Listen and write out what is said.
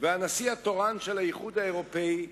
והנשיא התורן של האיחוד האירופי,